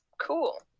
cool